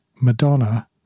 Madonna